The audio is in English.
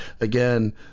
again